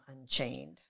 unchained